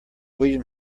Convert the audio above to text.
william